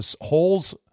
holes